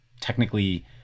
technically